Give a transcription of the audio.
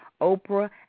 Oprah